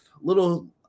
Little